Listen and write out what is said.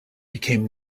became